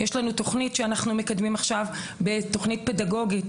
יש לנו תוכנית שאנחנו מקדמים עכשיו בתוכנית פדגוגית,